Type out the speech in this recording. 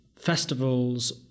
festivals